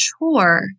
chore